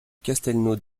castelnau